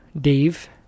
Dave